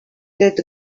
that